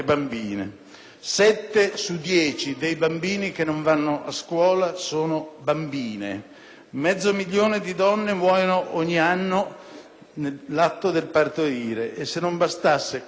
Sette su dieci dei bambini che non vanno a scuola sono bambine. Mezzo milione di donne muoiono ogni anno durante il parto e, se ciò non bastasse, ci sono